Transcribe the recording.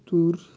تو